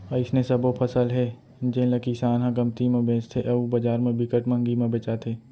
अइसने सबो फसल हे जेन ल किसान ह कमती म बेचथे अउ बजार म बिकट मंहगी म बेचाथे